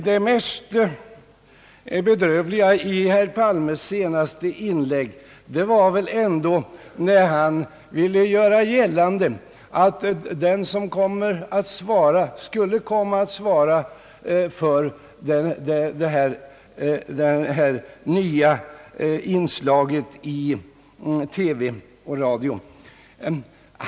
Det mest bedrövliga i herr Palmes senaste inlägg är hans uttalande om den person som kommer att svara för detta nya inslag i TV.